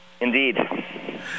Indeed